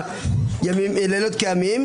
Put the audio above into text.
שמשקיע לילות כימים,